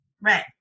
Right